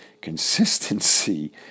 consistency